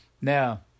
Now